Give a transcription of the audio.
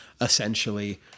essentially